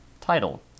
title